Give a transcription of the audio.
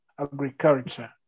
agriculture